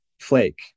flake